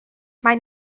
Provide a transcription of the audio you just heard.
maen